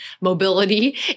mobility